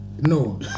No